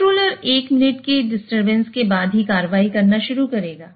controller एक minute की disturbance के बाद ही कार्रवाई करना शुरू करेगा